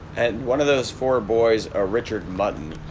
and one of those four boys, a richard mutton,